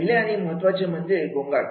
पहिले आणि महत्त्वाचे म्हणजे गोंगाट